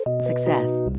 Success